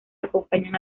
acompañan